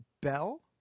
Bell